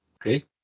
Okay